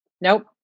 Nope